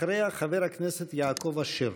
אחריה, חבר הכנסת יעקב אשר.